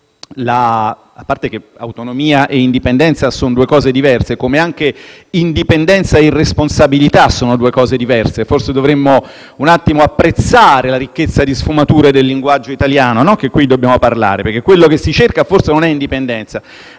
A parte che autonomia e indipendenza sono due cose diverse, così come lo sono indipendenza e irresponsabilità e forse dovremmo apprezzare la ricchezza di sfumature del linguaggio italiano che qui dobbiamo parlare, perché quello che si cerca, forse, non è indipendenza,